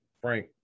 Frank